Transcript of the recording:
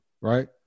right